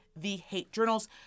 TheHateJournals